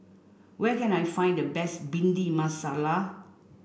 where can I find the best Bhindi Masala